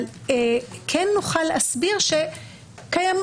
אבל כן נוכל להסביר שקיימת